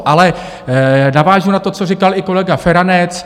Ale navážu na to, co říkal i kolega Feranec.